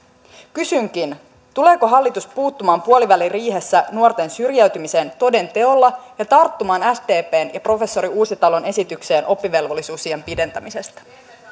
kysynkin tuleeko hallitus puuttumaan puoliväliriihessä nuorten syrjäytymiseen toden teolla ja tarttumaan sdpn ja professori uusitalon esitykseen oppivelvollisuusiän pidentämisestä